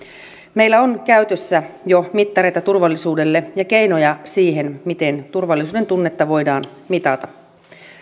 meillä on käytössä jo mittareita turvallisuudelle ja keinoja siihen miten turvallisuudentunnetta voidaan mitata